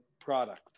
product